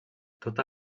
tota